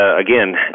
again